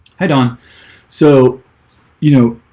i don't so you know